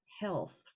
health